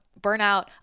burnout